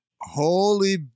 Holy